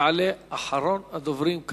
יעלה אחרון הדוברים היום,